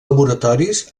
laboratoris